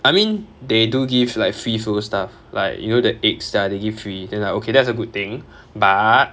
I mean they do give like free flow stuff like you know the eggs ya they give free then like okay that's a good thing but